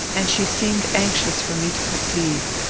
and she seemed anxious for me to proceed.